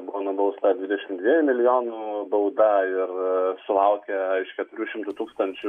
buvo nubausta dvidešimt dviejų milijonų bauda ir sulaukė iš keturių šimtų tūkstančių